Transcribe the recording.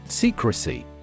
Secrecy